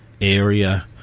area